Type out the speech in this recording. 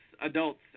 Adults